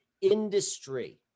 industry